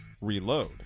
reload